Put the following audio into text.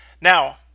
Now